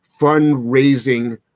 fundraising